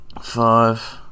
Five